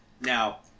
Now